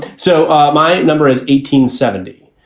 so um my number is eighteen seventy,